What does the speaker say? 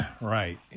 Right